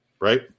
right